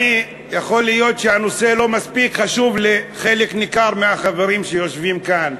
יכול להיות שהנושא לא מספיק חשוב לחלק ניכר מהחברים שיושבים כאן,